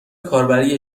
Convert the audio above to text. کاربری